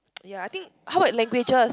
ya I think how about languages